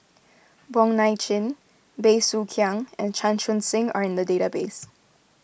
Wong Nai Chin Bey Soo Khiang and Chan Chun Sing are in the database